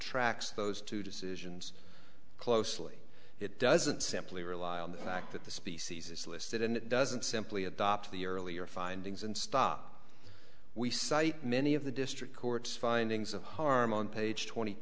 tracks those two decisions closely it doesn't simply rely on the fact that the species is listed and it doesn't simply adopt the earlier findings and stop we cite many of the district court's findings of harm on page twenty